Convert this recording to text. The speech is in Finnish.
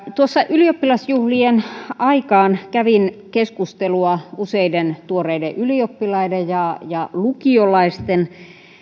ylioppilasjuhlien aikaan kävin keskustelua useiden tuoreiden ylioppilaiden ja ja lukiolaisten